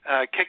kick